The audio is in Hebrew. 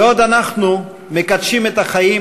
בעוד אנחנו מקדשים את החיים,